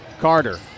Carter